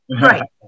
Right